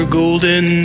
golden